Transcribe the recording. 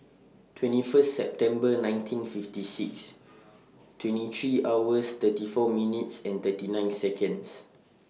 twenty First September nineteen fifty six twenty three hours thirty four minutes and thirty nine Seconds